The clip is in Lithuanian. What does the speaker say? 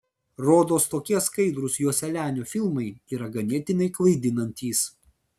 rodos tokie skaidrūs joselianio filmai yra ganėtinai klaidinantys